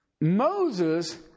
Moses